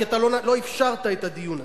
כי אתה לא אפשרת את הדיון הזה.